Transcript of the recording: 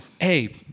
hey